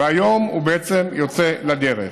והיום הוא בעצם יוצא לדרך.